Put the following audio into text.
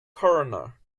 coroner